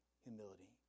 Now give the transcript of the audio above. humility